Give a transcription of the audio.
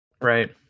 right